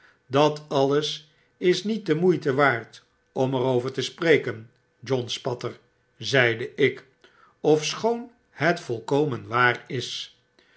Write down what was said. dat alles is diet de moeite waard om er over te spreken john spatter zeide ik ofschoon het volkomen waar is